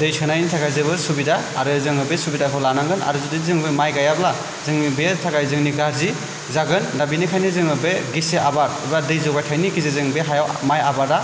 दै सोनायनि थाखाय जोबोद सुबिदा आरो जोङो बे सुबिदाखौ लानांगोन आरो जुदि जों बे माइ गायाब्ला जोंनि बेनि थाखाय जोंनि गाज्रि जागोन दा बेनिखायनो जोङो बे गिसि आबाद एबा दै जगायथायनि गेजेरजों बे हायाव माइ आबादा